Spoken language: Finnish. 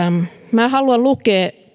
minä haluan lukea